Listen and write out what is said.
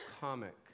comic